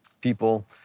people